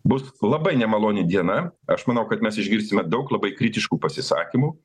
bus labai nemaloni diena aš manau kad mes išgirsime daug labai kritiškų pasisakymų